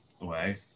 away